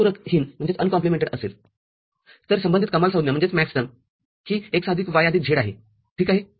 तरसंबंधित कमालसंज्ञा ही x आदिक y आदिक z आहे ठीक आहे